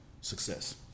success